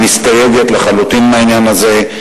המסתייגת לחלוטין מהעניין הזה.